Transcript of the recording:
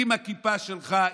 עם הכיפה שלך,